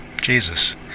Jesus